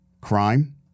crime